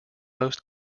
most